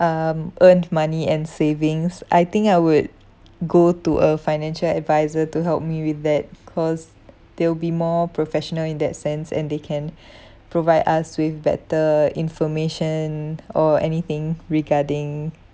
um earned money and savings I think I would go to a financial adviser to help me with that cause they'll be more professional in that sense and they can provide us with better information or anything regarding